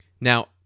Now